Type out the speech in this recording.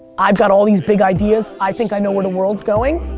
i've got all these big ideas. i think i know where the world's going.